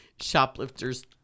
Shoplifters